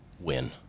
Win